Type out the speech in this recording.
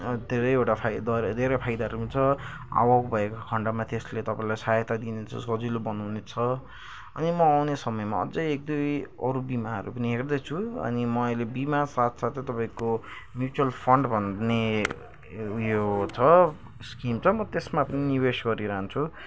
धेरैवडा फाइदाहरू धेरै फाइदाहरू पनि छ अभाव भएको खण्डमा त्यसले तपाईँलाई सहायता दिन्छ सजिलो बनाउने छ अनि मो अउने समयमा अझै एक दुई अरू बिमाहरू पनि हेर्दैछु अनि म अहिले बिमा साथसाथै तपाईँको मिउचल फन्ड भन्ने उयो छ इस्किम छ म त्यसमा पनि निवेस गरिरहन्छु